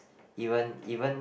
even even